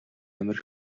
аймаар